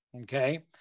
okay